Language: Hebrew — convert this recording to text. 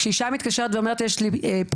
כשאישה מתקשרת ופונה,